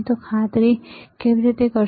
તમે તેની ખાતરી કેવી રીતે કરશો